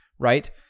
Right